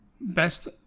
best